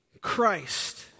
Christ